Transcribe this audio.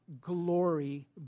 glory